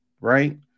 right